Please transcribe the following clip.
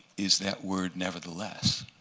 is that word nevertheless.